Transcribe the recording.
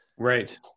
Right